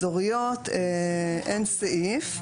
אזוריות אין סעיף.